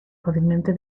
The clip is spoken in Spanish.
fácilmente